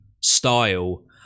style